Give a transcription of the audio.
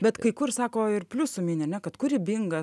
bet kai kur sako ir pliusų mini ane kad kūrybingas